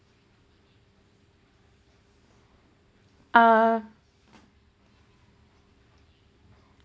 ah